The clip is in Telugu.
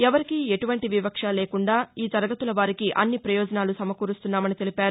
ఎవరికీ ఎటువంటి వివక్ష లేకుండా ఈ తరగతుల వారికి అన్ని ప్రయోజనాలు సమకూరుస్తున్నామని తెలిపారు